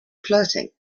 flirting